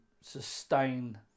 sustain